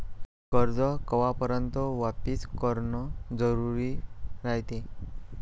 कर्ज कवापर्यंत वापिस करन जरुरी रायते?